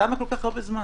למה כל כך הרבה זמן?